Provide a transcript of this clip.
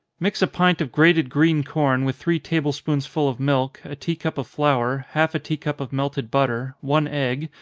mix a pint of grated green corn with three table-spoonsful of milk, a tea-cup of flour, half a tea-cup of melted butter, one egg,